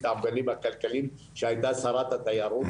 ההגבלים הכלכליים שהיא הייתה שרת התיירות,